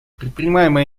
предпринимаемые